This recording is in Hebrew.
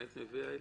היית מביאה אלינו,